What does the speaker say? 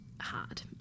hard